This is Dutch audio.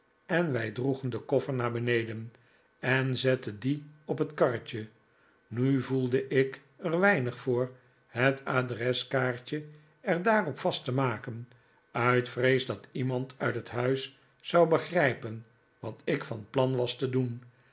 en wij droegen den koffer naar beneden en zetten dien op het karretje nu voelde ik er weinig voor net adreskaartje er daar op vast te maken uit vrees dat iemand uit het huis zou begrijpen wat ik van plan was te doen